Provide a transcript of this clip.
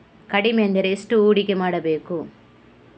ಕಡಿಮೆ ಎಂದರೆ ಎಷ್ಟು ಹೂಡಿಕೆ ಮಾಡಬೇಕು?